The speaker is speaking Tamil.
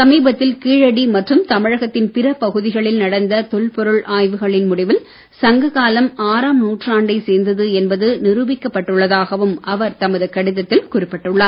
சமீபத்தில் கீழடி மற்றும் தமிழகத்தின் பிற பகுதிகளில் நடந்த தொல் பொருள் ஆய்வுகளின் முடிவில் சங்க காலம் ஆறாம் நூற்றாண்டைச் சேர்ந்தது என்பது நிரூபிக்கப்பட்டுள்ளதாகவும் அவர் தமது கடிதத்தில் குறிப்பிட்டுள்ளார்